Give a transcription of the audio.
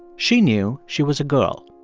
she knew she was a girl.